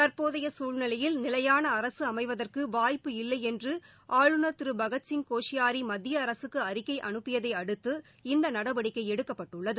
தற்போதைய சூழ்நிலையில் நிலையான அரசு அமைவதற்கு வாய்ப்பு இல்லை என்று ஆளுநர் திரு பகத்சிங் கோஷியாரி மத்திய அரசுக்கு அறிக்கை அனுப்பியதை அடுத்து இந்த நடவடிக்கை எடுக்கப்பட்டுள்ளது